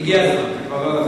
הגיע הזמן.